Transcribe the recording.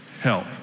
help